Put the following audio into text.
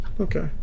Okay